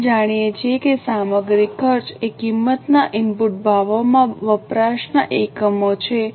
આપણે જાણીએ છીએ કે સામગ્રી ખર્ચ એ કિંમતના ઇનપુટ ભાવોમાં વપરાશના એકમો છે